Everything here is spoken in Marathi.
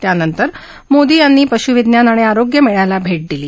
त्यानंतर मोदी यांनी श् विज्ञान आणि आरोग्य मक्वयाला भाः दिली